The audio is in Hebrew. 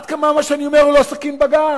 עד כמה מה שאני אומר הוא לא סכין בגב,